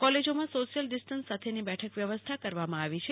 કોલેજોમાં social distance સાથૈની બેઠક વ્યવસ્થા કરવામાં આવી છે